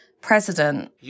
president